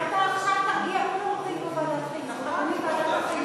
אנחנו נעביר לוועדת הכנסת, ועדת הכנסת תחליט.